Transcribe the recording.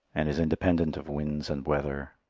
and is independent of winds and weather.